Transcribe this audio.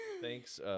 Thanks